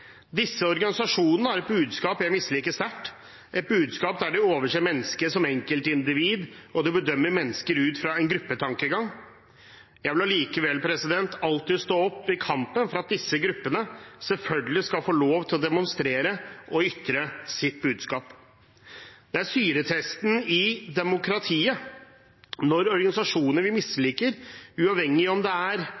Disse organisasjonene har et budskap jeg misliker sterkt, et budskap der de overser mennesket som enkeltindivid og bedømmer mennesker ut fra en gruppetankegang. Jeg vil likevel alltid ta kampen for at disse gruppene selvfølgelig skal få lov til å demonstrere og ytre sitt budskap. Det er syretesten for demokratiet når det er organisasjoner vi